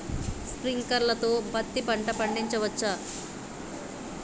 Sprinkler తో పత్తి పంట పండించవచ్చా?